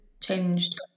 changed